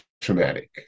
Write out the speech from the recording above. traumatic